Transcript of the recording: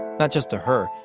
not just to her.